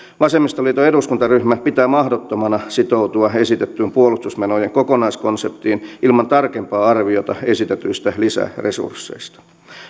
vasemmistoliiton eduskuntaryhmä pitää mahdottomana sitoutua esitettyyn puolustusmenojen kokonaiskonseptiin ilman tarkempaa arviota esitetyistä lisäresursseista